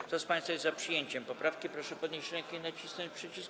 Kto z państwa jest za przyjęciem poprawki, proszę podnieść rękę i nacisnąć przycisk.